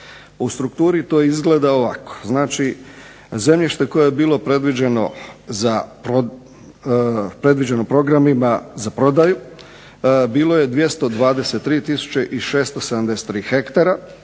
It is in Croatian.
U strukturi to izgleda ovako, znači zemljište koje je bilo predviđeno programima za prodaju bilo je 223 tisuće i 673 hektara.